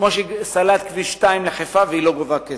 כמו שהיא סללה כביש 2 לחיפה והיא לא גובה כסף.